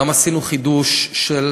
גם עשינו חידוש של